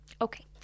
Okay